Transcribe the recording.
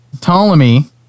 Ptolemy